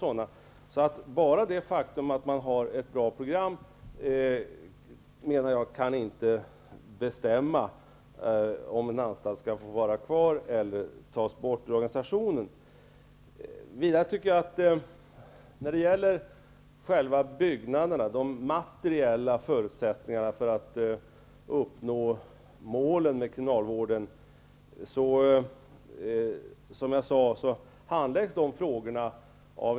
Men bara det faktum att man har ett bra program kan inte bestämma om en anstalt skall få vara kvar eller tas bort ur organisationen. Frågorna när det gäller själva byggnaderna, de materiella förutsättningarna för att uppnå målen med kriminalvården, handläggs av en kommitté.